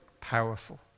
powerful